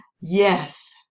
yes